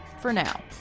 for now.